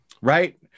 right